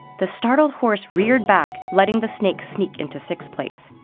the startled horse reared back, letting the snake sneak into sixth place.